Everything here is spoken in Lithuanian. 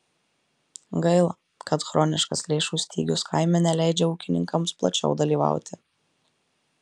gaila kad chroniškas lėšų stygius kaime neleidžia ūkininkams plačiau dalyvauti